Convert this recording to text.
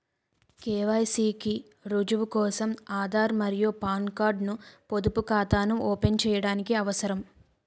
KYC కి రుజువు కోసం ఆధార్ మరియు పాన్ కార్డ్ ను పొదుపు ఖాతాను ఓపెన్ చేయడానికి అవసరం